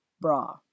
bra